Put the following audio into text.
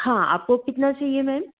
हाँ आपको कितना चाहिए मैम